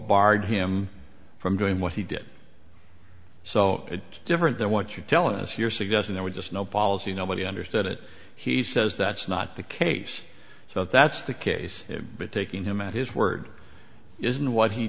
barred him from doing what he did so different than what you're telling us you're suggesting there was just no policy nobody understood it he says that's not the case so if that's the case but taking him at his word isn't what he